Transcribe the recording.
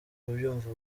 kubyumva